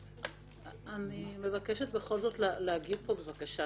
אני מבקשת בכל זאת להגיב פה בבקשה,